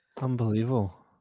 unbelievable